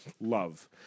love